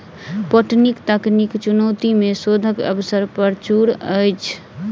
पटौनीक तकनीकी चुनौती मे शोधक अवसर प्रचुर अछि